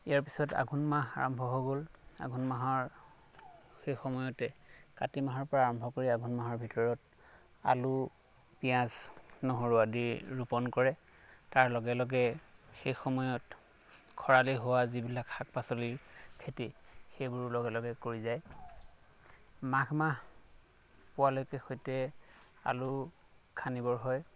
ইয়াৰ পিছত আঘোণ মাহ আৰম্ভ হৈ গ'ল আঘোণ মাহৰ সেইসময়তে কাতি মাহৰ পৰা আৰম্ভ কৰি আঘোণ মাহৰ ভিতৰত আলু পিয়াঁজ নহৰু আদি ৰোপণ কৰে তাৰ লগে লগে সেইসময়ত খৰালি হোৱা যিবিলাক শাক পাচলিৰ খেতি সেইবোৰো লগে লগে কৰি যায় মাঘ মাহ পোৱালৈকে সৈতে আলু খান্দিবৰ হয়